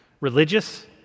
Religious